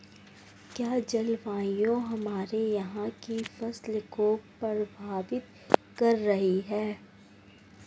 क्या जलवायु हमारे यहाँ की फसल को प्रभावित कर रही है?